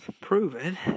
proven